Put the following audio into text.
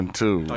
two